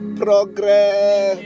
progress